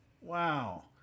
Wow